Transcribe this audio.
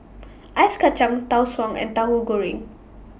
Ice Kacang Tau Suan and Tauhu Goreng